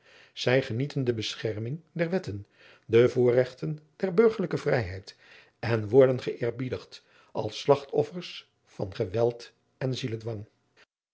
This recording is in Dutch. zij genieten de bescherming der wetten de voorregten der burgerlijke vrijheid en worden geëerbiedigd als slagtoffers van geweld en zielendwang